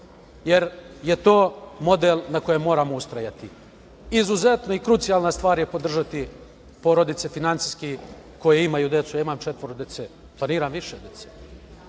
jer je to model na kojem moramo ustrajati. Izuzetna i krucijalna stvar je podržati porodice finansijski koje imaju decu. Ja imam četvoro dece. Planiram više dece.